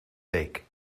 week